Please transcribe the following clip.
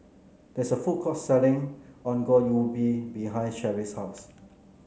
there is a food court selling Ongol Ubi behind Cherri's house